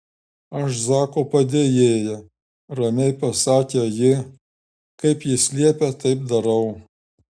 aš zako padėjėja ramiai pasakė ji kaip jis liepia taip darau